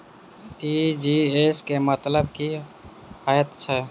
TGS केँ मतलब की हएत छै?